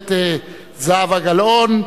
הכנסת זהבה גלאון,